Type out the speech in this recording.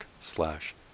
slash